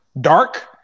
dark